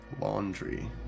laundry